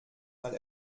mal